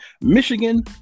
Michigan